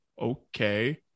okay